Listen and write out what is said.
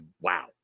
wow